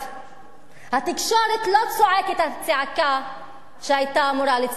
התקשורת לא צועקת את הצעקה שהיתה אמורה לצעוק.